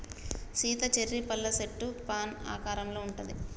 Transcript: Sita cherry పళ్ళ సెట్టు fan ఆకారంలో ఉంటది